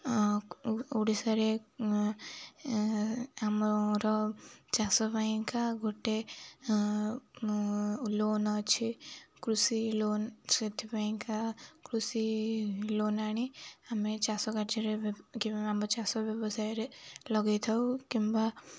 ଓଡ଼ିଶାରେ ଆମର ଚାଷ ପାଇଁକା ଗୋଟେ ଲୋନ୍ ଅଛି କୃଷି ଲୋନ୍ ସେଥିପାଇଁକା କୃଷି ଲୋନ୍ ଆଣି ଆମେ ଚାଷ କାର୍ଯ୍ୟରେ ଆମ ଚାଷ ବ୍ୟବସାୟରେ ଲଗାଇ ଥାଉ କିମ୍ବା